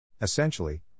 Essentially